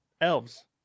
elves